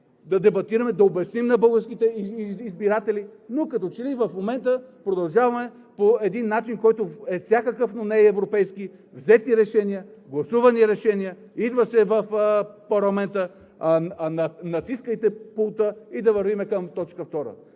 да дебатираме, да обясним на българските избиратели, но като че ли в момента продължаваме по един начин, който е всякакъв, но не и европейски – взети решения, гласувани решения, идва се в парламента, натискайте пулта и да вървим към точка втора!